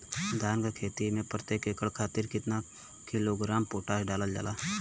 धान क खेती में प्रत्येक एकड़ खातिर कितना किलोग्राम पोटाश डालल जाला?